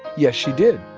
yes, she did